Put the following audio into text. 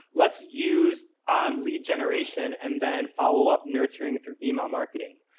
let's use um lead generation and then follow-up nurturing through email marketing.